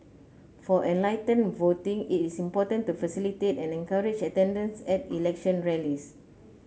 for enlightened voting it is important to facilitate and encourage attendance at election rallies